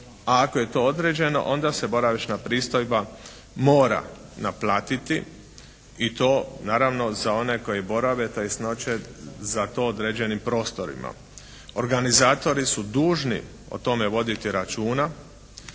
a ako je to određeno onda se boravišna pristojba mora naplatiti i to naravno za one koji borave, tj. noće za to određenim prostorima. Organizatori su dužni o tome voditi računa